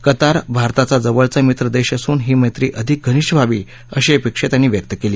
Qatar भारताचा जवळचा मित्र दक्षअसून ही मैत्री अधिक घनिष्ठ व्हावी अशी अपक्षी त्यांनी व्यक्त कली